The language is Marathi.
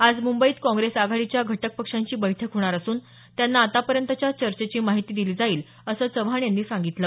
आज मुंबईत काँग्रेस आघाडीच्या घटक पक्षांची बैठक होणार असून त्यांना आतापर्यंतच्या चर्चेची माहिती दिली जाईल असं चव्हाण यांनी सांगितलं